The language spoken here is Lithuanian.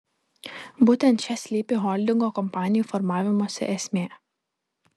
būtent čia slypi holdingo kompanijų formavimosi esmė